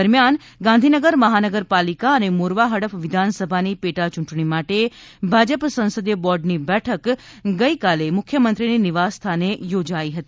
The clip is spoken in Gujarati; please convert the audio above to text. દરમિયાન ગાંધીનગર મહાનગરપાલિકા અને મોરવા હડફ વિધાનસભાની પેટાચૂંટણી માટે ભાજપ સંસદીય બોર્ડની બેઠક ગઇકાલે મુખ્યમંત્રીની નિવાસસ્થાને યોજાઈ હતી